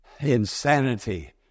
insanity